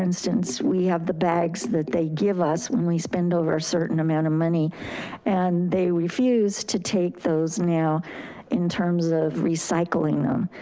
instance, we have the bags that they give us when we spend over a certain amount of money and they refuse to take those now in terms of recycling them.